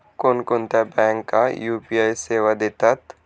कोणकोणत्या बँका यू.पी.आय सेवा देतात?